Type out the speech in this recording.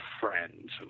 friends